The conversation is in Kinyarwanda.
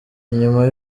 inyuma